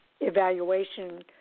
evaluation